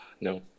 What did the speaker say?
No